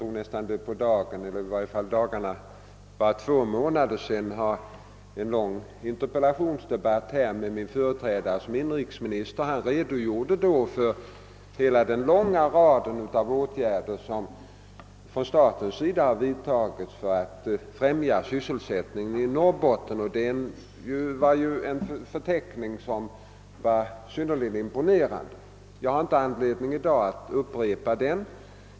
Fru Marklund hade ju tillfälle att för bara två månader sedan föra en lång interpellationsdebatt med min företrädare som inrikesminister, där han redogjorde för hela den långa rad av åtgärder som staten har vidtagit för att främja sysselsättningen i Norrbotten. Den förteckningen var synnerligen imponerande. Jag har inte anledning i dag att upprepa den.